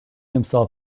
himself